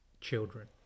children